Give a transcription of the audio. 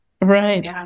Right